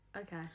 Okay